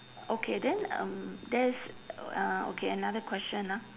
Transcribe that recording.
okay then um there's uh okay another question ah